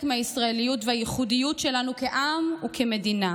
מהישראליות והייחודיות שלנו כעם וכמדינה.